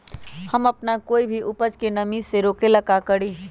हम अपना कोई भी उपज के नमी से रोके के ले का करी?